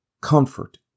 comfort